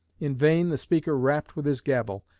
in vain the speaker rapped with his gavel.